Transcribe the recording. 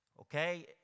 Okay